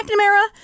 McNamara